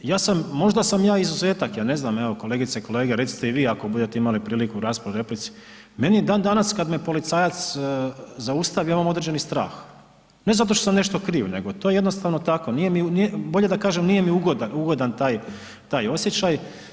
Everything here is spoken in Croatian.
Možda sam ja izuzetak, ja ne znam, evo kolegice i kolege recite i vi ako budete imali priliku raspravljat u replici, meni i dan danas kad me policajac zaustavi imam određeni strah, ne zato što sam nešto kriv, nego to je jednostavno tako, bolje da kažem nije mi ugodan taj osjeća.